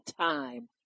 time